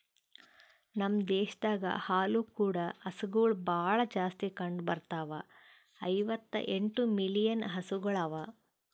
ನಮ್ ದೇಶದಾಗ್ ಹಾಲು ಕೂಡ ಹಸುಗೊಳ್ ಭಾಳ್ ಜಾಸ್ತಿ ಕಂಡ ಬರ್ತಾವ, ಐವತ್ತ ಎಂಟು ಮಿಲಿಯನ್ ಹಸುಗೊಳ್ ಅವಾ